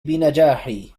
بنجاحي